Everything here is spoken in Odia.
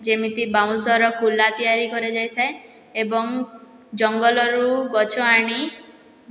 ଯେମିତି ବାଉଁଶର କୁଲା ତିଆରି କରାଯାଇଥାଏ ଏବଂ ଜଙ୍ଗଲରୁ ଗଛ ଆଣି